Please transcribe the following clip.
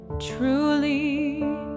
truly